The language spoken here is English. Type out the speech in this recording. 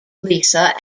lisa